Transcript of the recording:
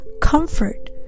comfort